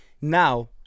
Now